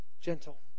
gentle